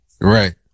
Right